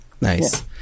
Nice